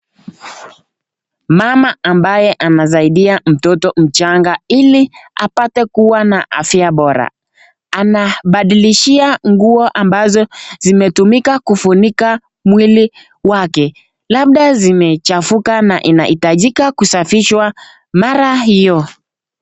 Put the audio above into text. Mama ambaye anasaidia mtoto mchanga ili apate kuwa na afya bora anabadilishia nguo ambazo zimetumika kufunika mwili wake labda zimechafuka na inahitajika kusafishwa mara hiyo.